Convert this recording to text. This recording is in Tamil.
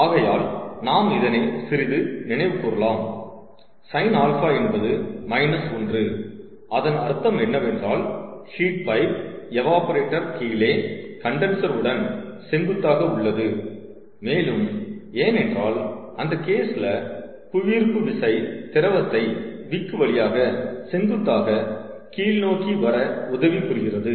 ஆகையால் நாம் இதனைச் சிறிது நினைவுகூரலாம் sin α என்பது மைனஸ் 1 அதன் அர்த்தம் என்னவென்றால் ஹீட் பைப் எவாப்ரேட்டர் கீழே கண்டன்சர் உடன் செங்குத்தாக உள்ளது மேலும் ஏனென்றால் அந்த கேஸ்ல புவியீர்ப்பு விசை திரவத்தை விக் வழியாக செங்குத்தாக கீழ் நோக்கி வர உதவி புரிகிறது